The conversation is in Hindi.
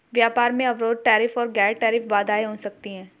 व्यापार में अवरोध टैरिफ और गैर टैरिफ बाधाएं हो सकती हैं